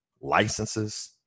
licenses